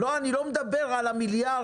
אני לא מדבר על המיליארדים.